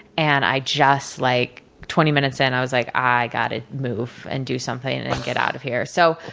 and i just like twenty minutes in, i was like, i gotta move, and do something, and and get out of here. so,